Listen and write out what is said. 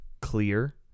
clear